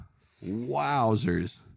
Wowzers